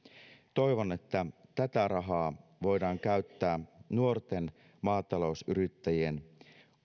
toivon että tätä rahaa voidaan käyttää nuorten maatalousyrittäjien